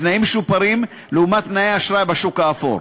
בתנאים משופרים לעומת תנאי האשראי בשוק האפור.